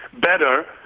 better